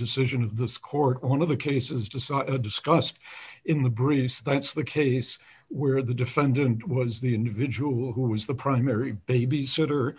decision of this court one of the cases just discussed in the breeze that's the case where the defendant was the individual who was the primary babysitter